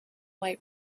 white